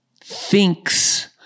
thinks